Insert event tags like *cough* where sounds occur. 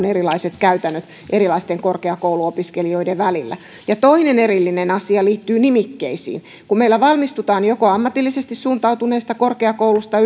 *unintelligible* erilaiset käytännöt erilaisten korkeakouluopiskelijoiden välillä toinen erillinen asia liittyy nimikkeisiin kun meillä valmistutaan joko ammatillisesti suuntautuneesta korkeakoulusta *unintelligible*